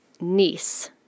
niece